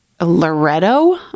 loretto